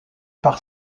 par